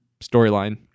storyline